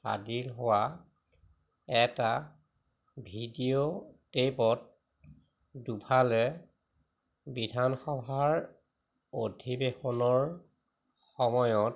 ফাদিল হোৱা এটা ভিডিঅ' টেইপত দুফালে বিধানসভাৰ অধিৱেশনৰ সময়ত